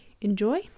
enjoy